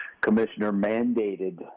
commissioner-mandated